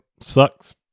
sucks